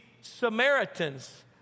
Samaritans